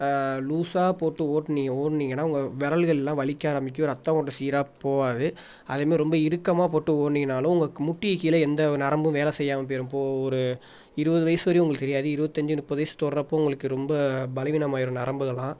லூசாக போட்டு ஓடுனிங் ஓடுனீங்கன்னா உங்கள் விரல்கள்லாம் வலிக்க ஆரம்பிக்கும் ரத்த ஓட்டம் சீராக போகாது அதுவுமே ரொம்ப இறுக்கமாக போட்டு ஓடுனீங்கனாலும் உங்கள் முட்டிக்கு கீழே எந்த நரம்பும் வேலை செய்யாமல் போயிடும் போ ஒரு இருபது வயசு வரையும் உங்களுக்கு தெரியாது இருபத்தஞ்சி முப்பது வயது தொடுறப்போ உங்களுக்கு ரொம்ப பலவீனமாயிடும் நரம்புகள்லாம்